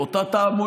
את אותה תעמולה.